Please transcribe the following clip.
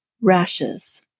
rashes